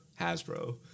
Hasbro